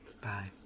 Bye